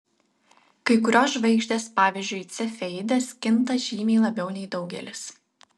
kai kurios žvaigždės pavyzdžiui cefeidės kinta žymiai labiau nei daugelis